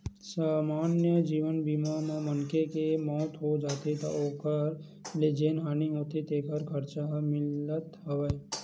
समान्य जीवन बीमा म मनखे के मउत हो जाथे त ओखर ले जेन हानि होथे तेखर खरचा ह मिलथ हव